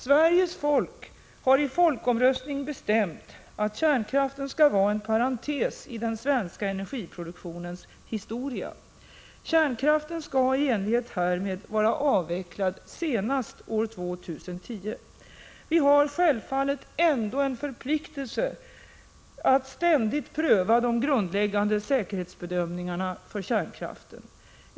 Sveriges folk har i folkomröstning bestämt att kärnkraften skall vara en parentes i den svenska energiproduktionens historia. Kärnkraften skall i enlighet härmed vara avvecklad senast år 2010. Vi har självfallet ändå en förpliktelse att ständigt pröva de grundläggande säkerhetsbedömningarna för kärnkraften.